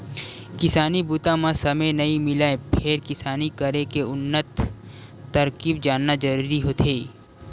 किसानी बूता म समे नइ मिलय फेर किसानी करे के उन्नत तरकीब जानना जरूरी होथे